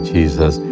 Jesus